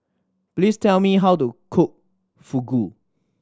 please tell me how to cook Fugu